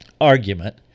argument